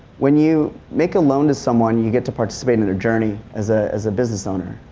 when you make a loan to someone you get to participate in their journey as ah as a business owner.